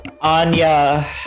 Anya